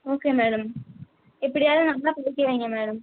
okay madam எப்படியாது நல்லா படிக்க வைங்க மேடம்